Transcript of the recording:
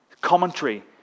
commentary